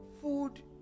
food